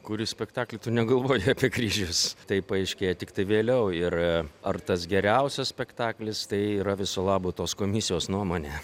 kuri spektaklį tu negalvoji apie kryžius tai paaiškėja tiktai vėliau ir ar tas geriausias spektaklis tai yra viso labo tos komisijos nuomonė